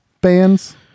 bands